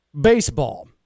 baseball